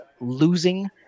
losing